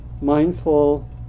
mindful